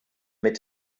mit